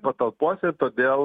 patalpose todėl